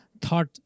thought